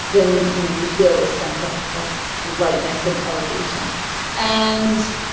then you know we feel this sense of of lightness and elevation and